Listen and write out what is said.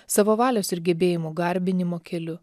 savo valios ir gebėjimų garbinimo keliu